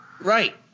Right